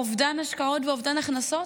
אובדן השקעות ואובדן הכנסות?